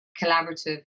collaborative